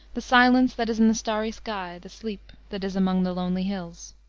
the silence that is in the starry sky, the sleep that is among the lonely hills.